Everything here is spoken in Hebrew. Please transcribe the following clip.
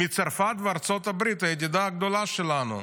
מצרפת וארצות-הברית, הידידה הגדולה שלנו.